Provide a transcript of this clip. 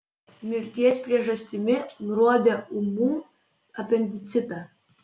mirties priežastimi nurodė ūmų apendicitą